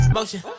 Motion